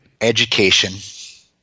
Education